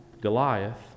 Goliath